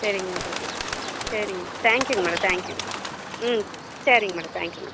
சரிங்க மேடம் சரிங்க madam thank யூங்க மேடம் தேங்க் யூங்க ம் சரிங்க மேடம் தேங்க் யூ மேடம்